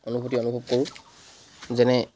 অনুভূতি অনুভৱ কৰোঁ যেনে